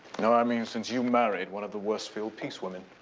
no i mean since you married one of the worsfield peace women.